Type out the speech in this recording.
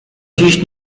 dziś